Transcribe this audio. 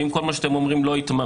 ואם כל מה שאתם אומרים לא יתממש.